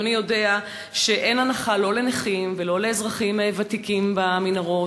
אדוני יודע שאין הנחה לא לנכים ולא לאזרחים ותיקים במנהרות.